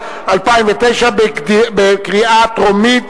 אלה הם דברים שנעשים בפרלמנט שהוא זניח לגמרי,